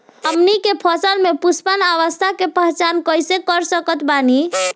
हमनी के फसल में पुष्पन अवस्था के पहचान कइसे कर सकत बानी?